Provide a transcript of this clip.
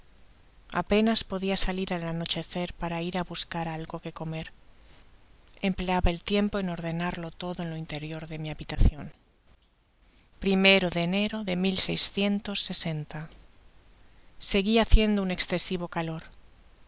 apenas podia salir al anochecer para ir á buscar algo que comer empleaba el tiempo en ordenarlo todo en lo interior de mi habitación o de enero de seguí haciendo un escesiv calor